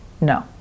No